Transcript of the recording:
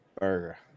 burger